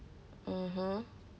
mmhmm